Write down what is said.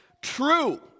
True